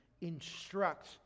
instruct